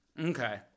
Okay